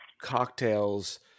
cocktails